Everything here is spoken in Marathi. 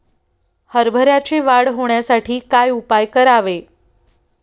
हरभऱ्याची वाढ होण्यासाठी काय उपाय करावे?